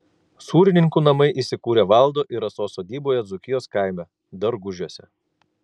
sūrininkų namai įsikūrę valdo ir rasos sodyboje dzūkijos kaime dargužiuose